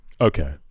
okay